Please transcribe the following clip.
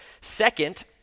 Second